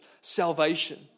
salvation